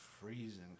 freezing